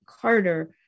Carter